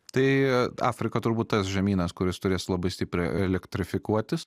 tai afrika turbūt tas žemynas kuris turės labai stipriai elektrifikuotis